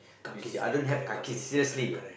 you see I don't have kakis seriously